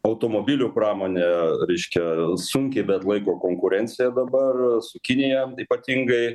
automobilių pramonė reiškia sunkiai beatlaiko konkurenciją dabar su kinija ypatingai